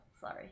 sorry